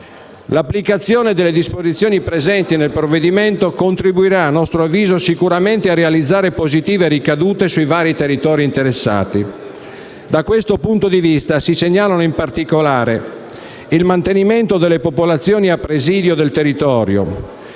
L'applicazione delle disposizioni presenti nel provvedimento contribuirà sicuramente - a nostro avviso - a realizzare positive ricadute sui vari territori interessati. Da questo punto di vista si segnalano, in particolare, il mantenimento delle popolazioni a presidio del territorio;